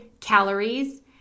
calories